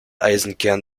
eisenkern